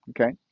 Okay